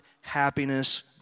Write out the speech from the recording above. happiness